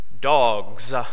dogs